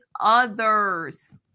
others